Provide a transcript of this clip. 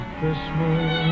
Christmas